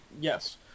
Yes